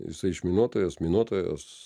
jisai išminuotojas minuotojas